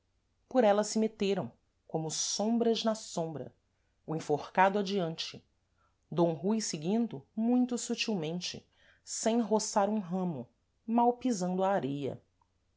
por ela se meteram como sombras na sombra o enforcado adiante d rui seguindo muito subtilmente sem roçar um ramo mal pisando a areia